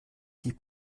die